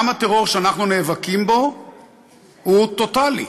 גם הטרור שאנחנו נאבקים בו הוא טוטלי.